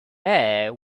air